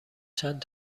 چند